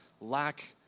lack